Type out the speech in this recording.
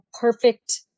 perfect